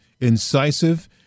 incisive